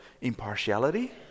impartiality